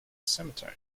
cemetery